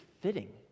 fitting